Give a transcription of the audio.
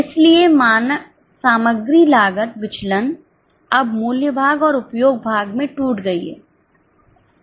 इसलिए सामग्री लागत विचलन अब मूल्य भाग और उपयोग भाग में टूट गई है